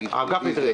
גפני,